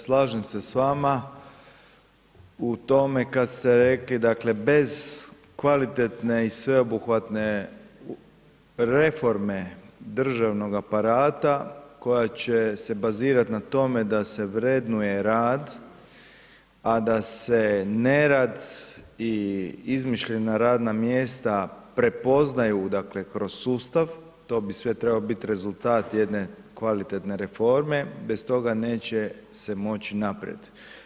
Slažem se s vama u tome kada ste rekli bez kvalitetne i sveobuhvatne reforme državnog aparata koja će se bazirati na tome da se vrednuje rad, a da se nerad i izmišljena radna mjesta prepoznaju kroz sustav, to bi sve trebao biti rezultat jedne kvalitetne reforme, bez toga se neće moći naprijed.